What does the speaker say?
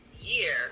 year